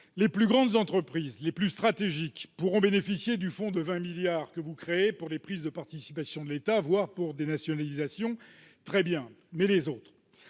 Les plus grandes entreprises, les plus stratégiques, pourront bénéficier du fonds de 20 milliards d'euros que vous créez pour des prises de participations de l'État, voire pour des nationalisations. des autres ?